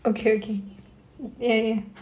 okay okay ya ya ya